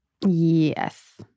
yes